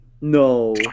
no